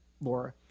Laura